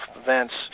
events